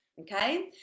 okay